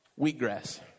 Wheatgrass